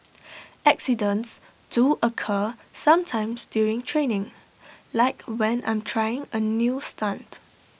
accidents do occur sometimes during training like when I'm trying A new stunt